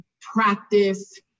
practice